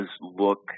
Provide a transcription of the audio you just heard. look